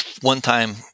one-time